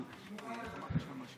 אני מוכן לוותר.